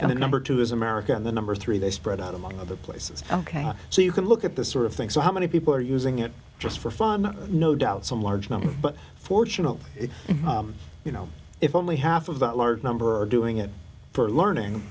and the number two is america and the number three they spread out among other places ok so you can look at this sort of thing so how many people are using it just for fun no doubt some large number but fortunately if you know if only half of that large number are doing it for learning